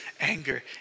anger